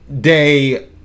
day